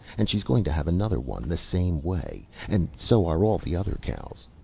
and she's going to have another one the same way. and so are all the other cows.